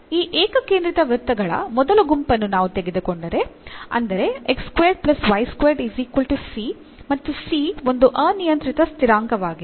ಈ ಏಕ ಕೇಂದ್ರಿತ ವೃತ್ತಗಳ ಮೊದಲ ಗುಂಪನ್ನು ನಾವು ತೆಗೆದುಕೊಂಡರೆ ಅಂದರೆ ಮತ್ತು c ಒಂದು ಅನಿಯಂತ್ರಿತ ಸ್ಥಿರಾಂಕವಾಗಿದೆ